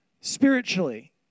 Spiritually